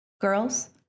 Girls